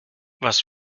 was